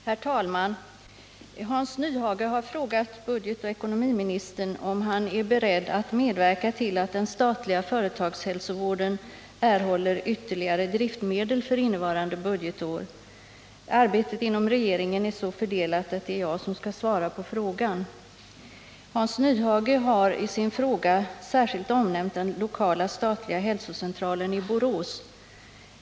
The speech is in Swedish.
Herr talman! Hans Nyhage har frågat budgetoch ekonomiministern, om han är beredd att medverka till att den statliga företagshälsovården erhåller ytterligare driftmedel för innevarande budgetår. Arbetet inom regeringen är så fördelat att det är jag som skall svara på frågan. Hans Nyhage har i sin fråga särskilt omnämnt den lokala statliga hälsocentralen i Borås.